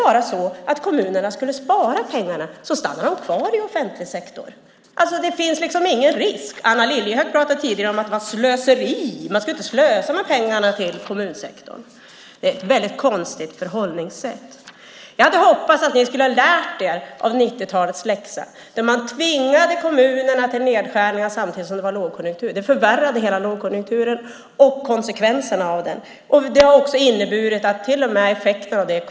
Och skulle kommunerna spara pengarna stannar de kvar i offentlig sektor. Det finns liksom ingen risk. Anna Lilliehöök talade tidigare om att det var slöseri. Man skulle inte slösa med pengarna till kommunsektorn. Det är ett mycket konstigt förhållningssätt. Jag hoppades att ni hade lärt er en läxa av 90-talet då man tvingade kommunerna till nedskärningar samtidigt som det var lågkonjunktur. Det förvärrade konjunkturen och konsekvenserna av den. Det kvarstår effekter av det än i dag.